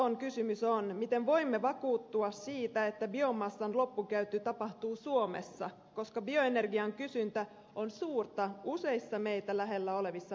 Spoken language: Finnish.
ratkaisematon kysymys on miten voimme vakuuttua siitä että biomassan loppukäyttö tapahtuu suomessa koska bioenergian kysyntä on suurta useissa meitä lähellä olevissa maissa